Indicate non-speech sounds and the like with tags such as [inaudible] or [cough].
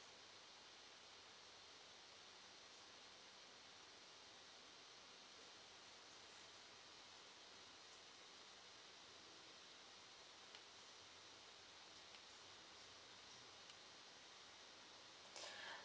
[breath]